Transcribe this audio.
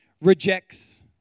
rejects